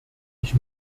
ich